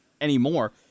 Anymore